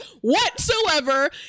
whatsoever